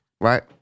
Right